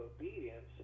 obedience